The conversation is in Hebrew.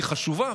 היא חשובה,